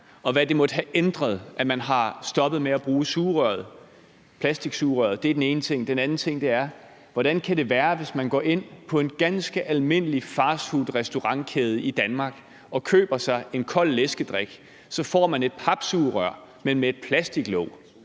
og hvad det måtte have ændret, at man har stoppet med at bruge plastiksugerøret. Det er den ene ting. Den anden ting er, hvordan det kan være, at man, hvis man går ind på en ganske almindelig fastfoodrestaurant i Danmark og man køber sig en kold læskedrik, så får et bæger med et papsugerør, men med et plastiklåg.